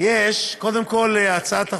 קודם כול, הצעת החוק,